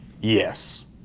yes